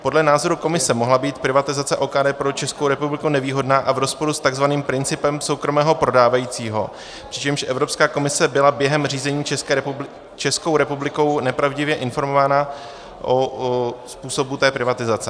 Podle názoru komise mohla být privatizace OKD pro Českou republiku nevýhodná a v rozporu s takzvaným principem soukromého prodávajícího, přičemž Evropská komise byla během řízení Českou republikou nepravdivě informována o způsobu té privatizace.